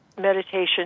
meditation